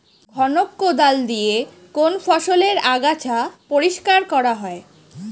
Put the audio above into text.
খনক কোদাল দিয়ে কোন ফসলের আগাছা পরিষ্কার করা হয়?